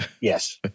Yes